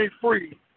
free